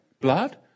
blood